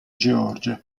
georgia